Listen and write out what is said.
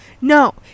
no